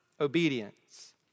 obedience